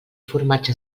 formatge